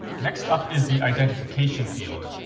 next up is the identification field,